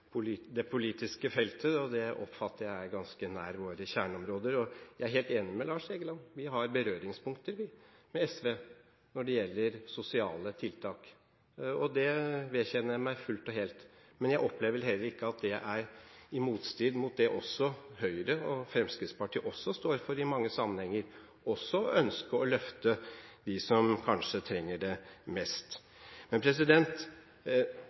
det politiske feltet, og det oppfatter jeg som ganske nær våre kjerneområder. Jeg er helt enig med Lars Egeland. Vi har berøringspunkter med SV når det gjelder sosiale tiltak. Det vedkjenner jeg meg fullt og helt. Men jeg opplever vel heller ikke at det er i motstrid til det som Høyre og Fremskrittspartiet også står for i mange sammenhenger. De ønsker også å løfte dem som kanskje trenger det mest.